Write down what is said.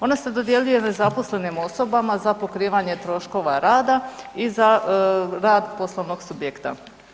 One se dodjeljuju nezaposlenim osobama za pokrivanje troškova rad i za rad poslovnog subjekta.